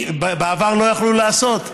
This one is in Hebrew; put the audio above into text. בעבר לא יכלו לעשות את זה,